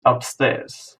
upstairs